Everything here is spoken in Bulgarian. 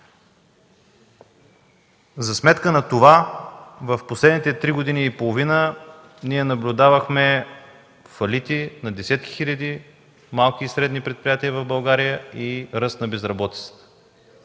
За сметка на това в последните три години и половина наблюдавахме фалити на десетки хиляди малки и средни предприятия в България и ръст на безработицата.